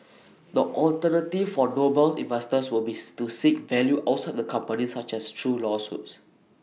the alternative for Noble's investors will bees to seek value outside the company such as through lawsuits